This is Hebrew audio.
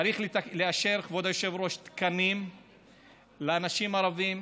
צריך לאשר, כבוד היושב-ראש, תקנים לאנשים רבים,